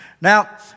Now